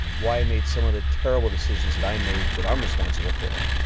why i made some of the terrible decisions that i made that i'm responsible for.